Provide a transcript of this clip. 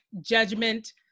judgment